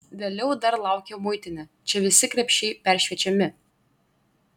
vėliau dar laukia muitinė čia visi krepšiai peršviečiami